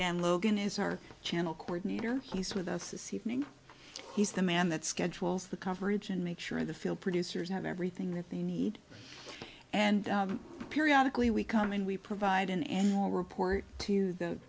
and logan is our channel coordinator he's with us this evening he's the man that schedules the coverage and make sure the field producers have everything that they need and periodically we come in we provide an annual report to the